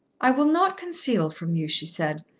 i will not conceal from you, she said,